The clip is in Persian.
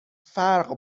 فرق